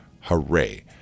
Hooray